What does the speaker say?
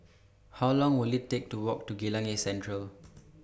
How Long Will IT Take to Walk to Geylang East Central